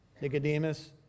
Nicodemus